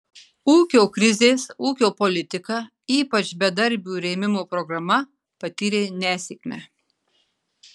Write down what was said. ūkio krizės ūkio politika ypač bedarbių rėmimo programa patyrė nesėkmę